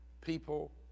people